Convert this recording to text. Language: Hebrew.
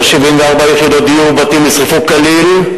74 יחידות דיור ובתים נשרפו כליל,